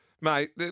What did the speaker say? mate